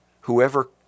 whoever